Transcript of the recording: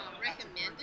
recommended